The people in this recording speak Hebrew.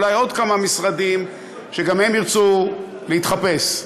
אולי עוד כמה משרדים שגם הם ירצו להתחפש.